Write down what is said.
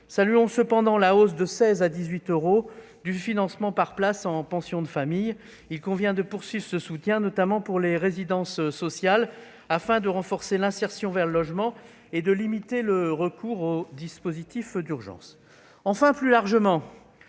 Saluons cependant la hausse de 16 à 18 euros du financement par place en pension de famille. Il convient de poursuivre ce soutien, notamment en faveur des résidences sociales, afin de renforcer l'insertion vers le logement et de limiter le recours aux dispositifs d'urgence. Enfin, de manière